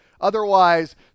Otherwise